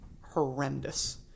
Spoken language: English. horrendous